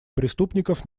преступников